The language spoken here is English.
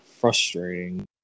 frustrating